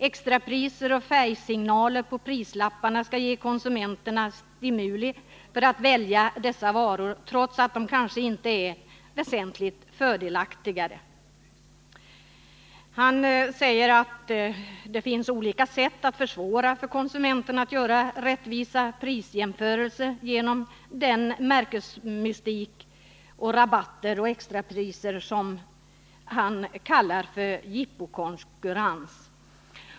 Extrapriser och färgsignaler på prislapparna ska ge konsumenten stimuli att välja dessa varor trots att de kanske inte är väsentligt fördelaktigare.” Han säger vidare att det finns olika sätt att försvåra för konsumenterna att göra rättvisa prisjämförelser genom den märkesmystik och de rabatter, extrapriser osv. som han kallar för jippokonkurrens.